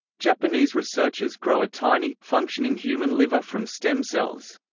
japanese researchers grow a tiny, functioning human liver from stem cells.